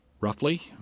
roughly